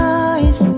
eyes